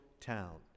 town